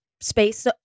Space